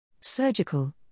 Surgical